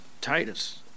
Titus